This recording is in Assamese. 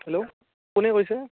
হেল্ল' কোনে কৈছে